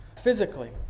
physically